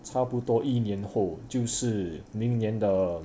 差不多一年后就是明年的